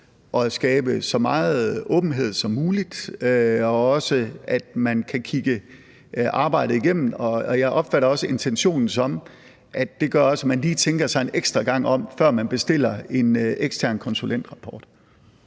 at skabe så meget åbenhed som muligt, og at man også kan kigge arbejdet igennem, og jeg opfatter også intentionen sådan, at det også gør, at man lige tænker sig om en ekstra gang, før man bestiller en ekstern konsulentrapport.